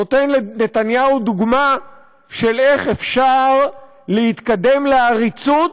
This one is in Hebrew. נותן לנתניהו דוגמה איך אפשר להתקדם לעריצות